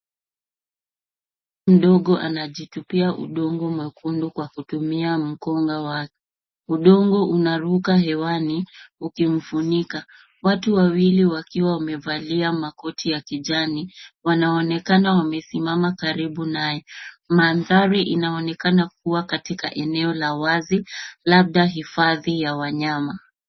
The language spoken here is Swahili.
Ndovu mdogo anajitupia udongo mwekundu kwa kutumia mkonga wake. Udongo unaruka hewani ukimfunika, watu wawili wakiwa wamevalia makoti ya kijani wanaonekana wamesimama karibu naye, mandhari inaonekana kuwa katika eneo la wazi, labda hifadhi ya wanyama.